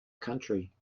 country